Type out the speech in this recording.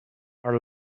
are